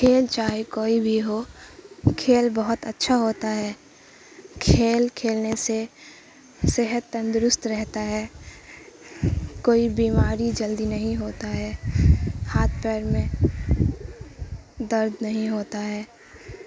کھیل چاہے کوئی بھی ہو کھیل بہت اچھا ہوتا ہے کھیل کھیلنے سے صحت تندرست رہتا ہے کوئی بیماری جلدی نہیں ہوتا ہے ہاتھ پیر میں درد نہیں ہوتا ہے